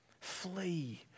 Flee